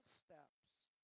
steps